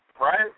right